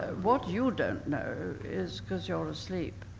ah what you don't know, is because you're asleep,